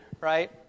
right